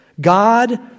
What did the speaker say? God